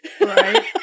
Right